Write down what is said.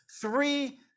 three